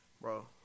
bro